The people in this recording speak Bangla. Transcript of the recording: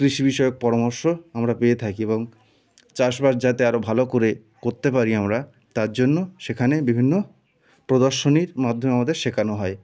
কৃষি বিষয়ক পরামর্শ আমরা পেয়ে থাকি এবং চাষবাস যাতে আরও ভালো করে করতে পারি আমরা তার জন্য সেখানে বিভিন্ন প্রদর্শনীর মাধ্যমে আমাদের শেখানো হয়